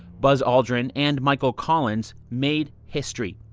buzz aldrin and michael collins, made history.